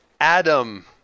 Adam